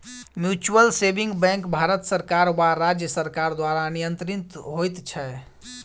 mutual saving bank Bharat सरकार वा राज्य सरकार द्वारा नियंत्रित होइत छै